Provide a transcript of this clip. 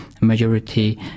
majority